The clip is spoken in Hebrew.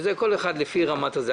כל אחד לפי הרמה שלו.